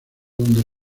donde